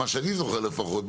לפי מה שאני זוכר לפחות,